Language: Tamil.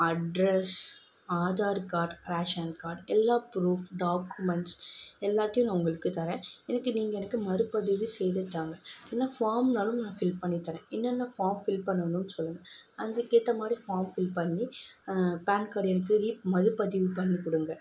address Aadhaar card ration card எல்லா ப்ரூஃப் டாக்குமெண்ட்ஸ் எல்லாத்தையும் நான் உங்களுக்கு தரேன் எனக்கு நீங்கள் எனக்கு மறுபதிவு செய்து தாங்க வேணால் ஃபார்ம்னாலும் நான் ஃபில் பண்ணி தரேன் என்னென்ன ஃபார்ம் ஃபில் பண்ணணும்னு சொல்லுங்கள் அதுக்கேற்ற மாதிரி ஃபார்ம் ஃபில் பண்ணி பேன் கார்டு எனக்கு ரீ மறுபதிவு பண்ணி குடுங்க